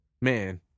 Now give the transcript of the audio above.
Man